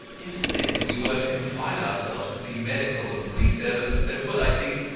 if, then, we were to confine ourselves to the medical and police evidence, there would, i think,